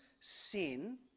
sin